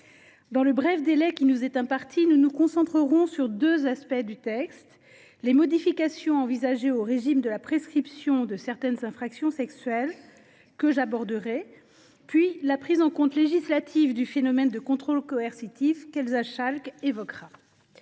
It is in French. Dans le bref délai qui nous est imparti, nous nous concentrerons sur deux aspects du texte : les modifications envisagées au régime de la prescription de certaines infractions sexuelles, que j’aborderai, puis la prise en compte législative du phénomène de contrôle coercitif, qu’Elsa Schalck évoquera.